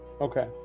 okay